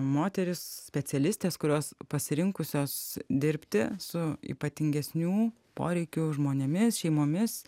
moterys specialistės kurios pasirinkusios dirbti su ypatingesnių poreikių žmonėmis šeimomis